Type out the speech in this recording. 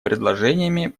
предложениями